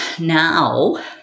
now